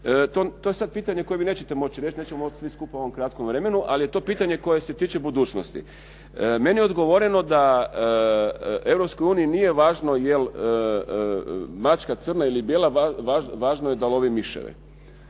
To je sad pitanje koje mi nećete moći reći, nećemo moći svi skupa u ovom kratkom vremenu, ali je to pitanje koje se tiče budućnosti. Meni je odgovoreno da Europskoj uniji nije važno je li mačka crna ili bijela, važno je da lovi miševe.